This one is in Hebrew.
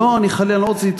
לא, חלילה, אני לא רוצה לתקוף.